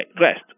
REST